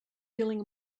feeling